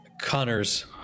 Connor's